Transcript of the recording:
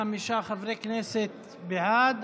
45 חברי כנסת בעד,